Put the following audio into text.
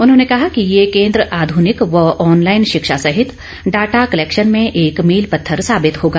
उन्होंने कहा कि ये केंद्र आध्रनिक व ऑनलाईन शिक्षा संहित डाटा कलैक्शन में एक मील पत्थर साबित होगा